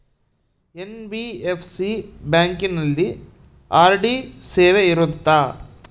NBFC ಬ್ಯಾಂಕಿನಲ್ಲಿ RD ಸೇವೆ ಇರುತ್ತಾ?